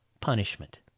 punishment